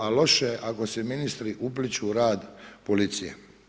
A loše ako se ministri upliću u rad policije.